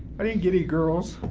i didn't get any girls,